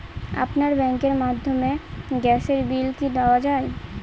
আপনার ব্যাংকের মাধ্যমে গ্যাসের বিল কি দেওয়া য়ায়?